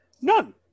none